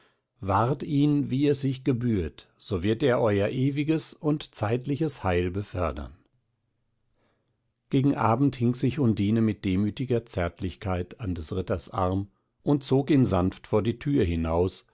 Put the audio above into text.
wahrt ihn wie es sich gebührt so wird er euer ewiges und zeitliches heil befördern gegen abend hing sich undine mit demütiger zärtlichkeit an des ritters arm und zog ihn sanft vor die tür hinaus